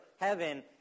heaven